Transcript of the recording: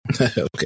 Okay